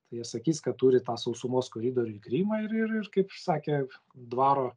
tai jie sakys kad turi tą sausumos koridorių į krymą ir ir ir kaip sakė dvaro